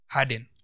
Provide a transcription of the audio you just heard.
Harden